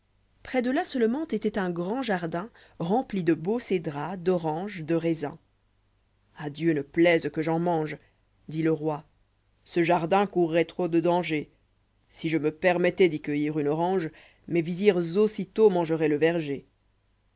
près de là seulement était un grand jardin rempli de beaux cédrats d'oranges de raisin a dieu né plaise que j'en mange dit le roi ce jardin courrait trop de danger si je me permettais d'y cueillir une orange mes visirs aussitôt mangéroient le verger